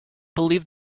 believe